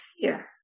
fear